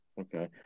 Okay